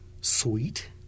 sweet